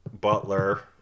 butler